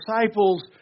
disciples